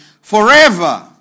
forever